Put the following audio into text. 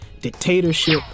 dictatorship